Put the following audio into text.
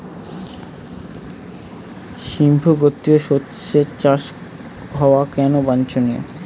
সিম্বু গোত্রীয় শস্যের চাষ হওয়া কেন বাঞ্ছনীয়?